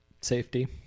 safety